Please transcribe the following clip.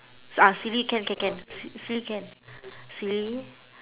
uh silly can can can silly can silly